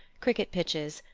cricket pitches,